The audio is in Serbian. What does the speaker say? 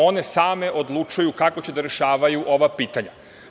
One same odlučuju kako će da rešavaju ova pitanja.